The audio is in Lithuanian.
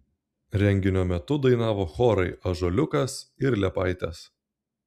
renginio metu dainavo chorai ąžuoliukas ir liepaitės